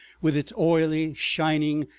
with its oily, shining,